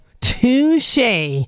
Touche